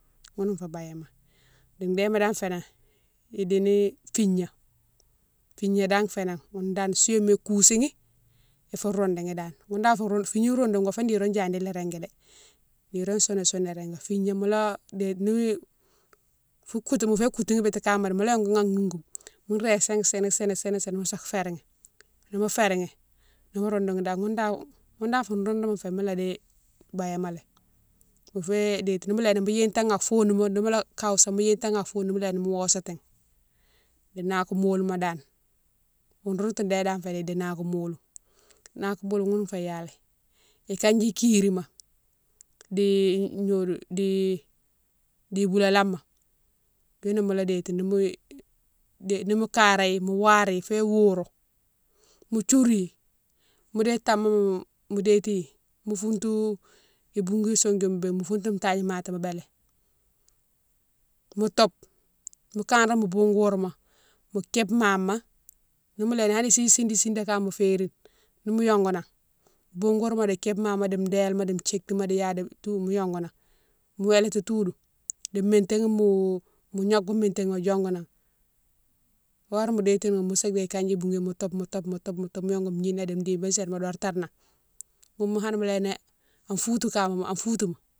Ghounou fé bayéma, di déma dane fénan idi ni figna- figna dane fénan ghounne dane souwéma kousighi ifou roundouni dane ghounne dane fou round, figni roundou go fé nirone yadi la régui dé nirone sounou soune la régui, figna mola déye, ni fo koutou, mofiyé koutoumi biti kama dé mola yongouni an noukou mo régui sini- sini mosa fére ni nimo fére ghi, nimo roundouni dane ghounne dane, ghounne dane fou roundouma fé mola di bayéma lé fé déti nimou léni mo yitani an fonouma ni mola kowosani mo yitane an fonouma, ni mo léni mo wosatini. Di nakamolima dane roundoutou dé dane fénan idini nakamole, nakamole ghounou fé yalé, ikandji kirima di gnodiou, di-di boulalama youne mola déti nimo kanraghi mo wari fo wourou mo djiouri mo déye tamama mo détighi mo fountou ibougou soudjoune bé mo fountoune tagni matima mo bélé mo tobe, mo kanré mo boungouwourma mo képe mama, ni mo léni hanni sih sidékama ferine nimo yongou nan bougouwourma di képe mama di délima, thiétima di ya tou mo yongounan, mo wélati toudou di métihima mo gnabou métihima diongounan fo horé mo détini mosa déye kandji bougouma mo tobe mo tobe mo tobe mo tobe mo yongou gnina di dibilma sini mo dortane nan mounne hanne mo léni an foutou kama, an foutouma.